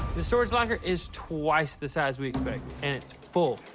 the storage locker is twice the size we expected and it's full.